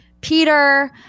Peter